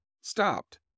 stopped